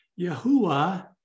Yahuwah